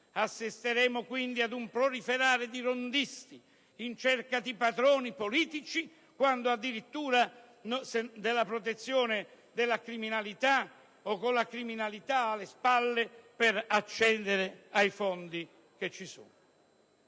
Assisteremo, quindi, ad un proliferare di rondisti in cerca di padroni politici, quando non addirittura della protezione della criminalità, o con la criminalità alle spalle per accedere ai fondi previsti.